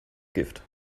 gift